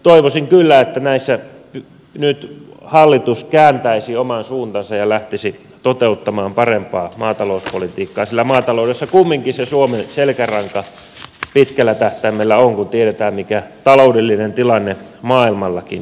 toivoisin kyllä että näissä nyt hallitus kääntäisi oman suuntansa ja lähtisi toteuttamaan parempaa maatalouspolitiikkaa sillä maataloudessa kumminkin se suomen selkäranka pitkällä tähtäimellä on kun tiedetään mikä taloudellinen tilanne maailmallakin on